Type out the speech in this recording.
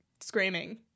screaming